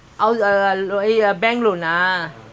bank loan தா:taa two hundred thousand கொடுத்துருக்காங்க:koduthurukkanka